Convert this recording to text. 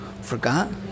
forgot